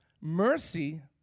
Mercy